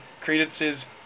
Credence's